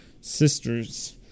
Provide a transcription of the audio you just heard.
sisters